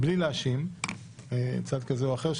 בלי להאשים צד כזה או אחר,